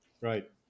Right